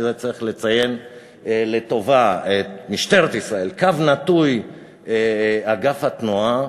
ובזה צריך לציין לטובה את משטרת ישראל/ אגף התנועה,